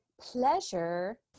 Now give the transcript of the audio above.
pleasure